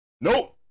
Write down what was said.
Nope